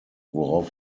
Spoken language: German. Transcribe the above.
worauf